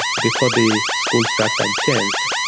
before the school start time changed,